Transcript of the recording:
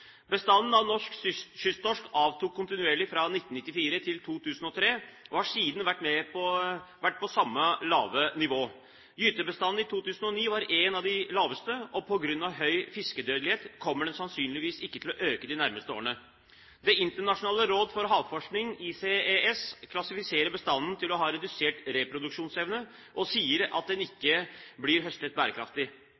Bestanden av norsk kysttorsk avtok kontinuerlig fra 1994 til 2003, og har siden vært på samme lave nivå. Gytebestanden i 2009 var en av de laveste, og på grunn av høy fiskedødelighet kommer den sannsynligvis ikke til å øke de nærmeste årene. Det internasjonale råd for havforskning, ICES, klassifiserer bestanden til å ha redusert reproduksjonsevne, og sier at den